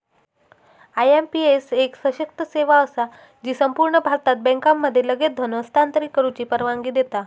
IMPS एक सशक्त सेवा असा जी संपूर्ण भारतात बँकांमध्ये लगेच धन हस्तांतरित करुची परवानगी देता